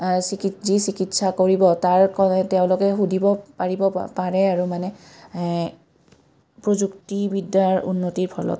চিকিৎ যি চিকিৎসা কৰিব তাৰ তেওঁলোকে সুধিব পাৰিব পাৰে আৰু মানে প্ৰযুক্তিবিদ্যাৰ উন্নতিৰ ফলত